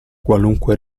qualunque